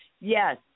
Yes